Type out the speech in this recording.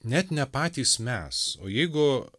net ne patys mes o jeigu